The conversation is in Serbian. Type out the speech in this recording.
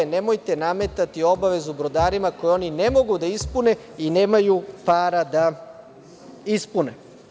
Nemojte nametati obavezu brodarima ako oni ne mogu da ispune i nemaju para da ispune.